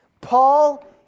Paul